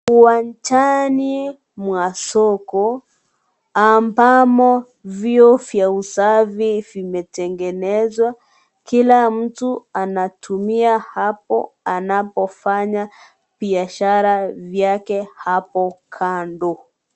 Uwanchani, mwa soko, ambamo, vyoo vya usavi, vimetengenezwa, kila mtu anatumia hapo, anapofanya piashara vyake, hapo, kando.